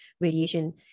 radiation